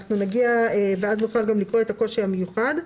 נגיע ואז נוכל גם לקרוא את הקושי המיוחד.